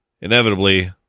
inevitably